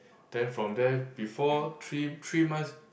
then from there before three three months